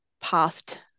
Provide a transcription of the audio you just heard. past